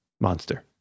monster